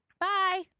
Bye